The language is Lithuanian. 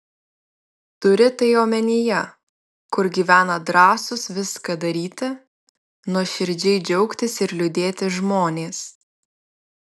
turi tai omenyje kur gyvena drąsūs viską daryti nuoširdžiai džiaugtis ir liūdėti žmonės